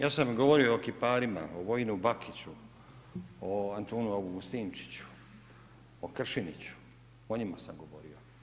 Ja sam govorio o kiparima, o Vojinu Bakiću, o Antunu Augustinčiću, o Kršiniću, o njima sam govorio.